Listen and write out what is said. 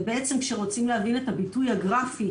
ובעצם כשרוצים להבין את הביטוי הגרפי